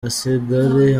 hasigare